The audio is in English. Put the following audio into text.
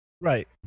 right